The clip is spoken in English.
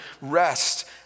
rest